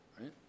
right